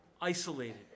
Isolated